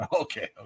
Okay